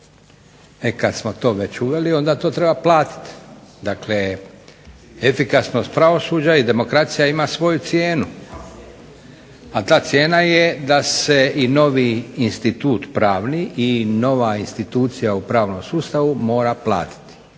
E, kad smo to već uveli onda to treba platiti. Dakle, efikasnost pravosuđa i demokracija ima svoju cijenu,a ta cijena je da se i novi institut pravni i nova institucija u pravnom sustavu mora platiti.